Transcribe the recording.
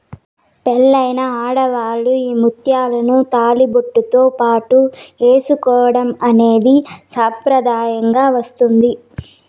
పెళ్ళైన ఆడవాళ్ళు ఈ ముత్యాలను తాళిబొట్టుతో పాటు ఏసుకోవడం అనేది సాంప్రదాయంగా వస్తాంది